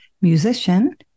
musician